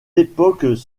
époques